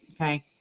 okay